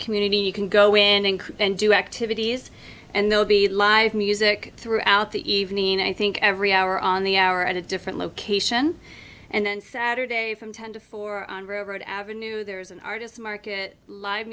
community you can go in and do activities and they'll be live music throughout the evening i think every hour on the hour at a different location and then saturday from ten to four on route avenue there's an artist's market live